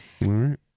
right